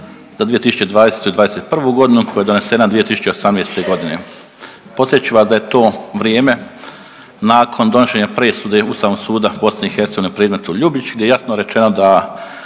za 2020. i '21. godinu koja je donesena 2018. godine. Podsjetit ću vas da je to vrijeme nakon donošenja presude Ustavnog suda BiH u predmetu Ljubić gdje je jasno rečeno da